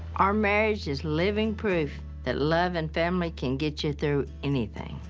our marriage is living proof that love and family can get ya through anything.